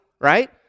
right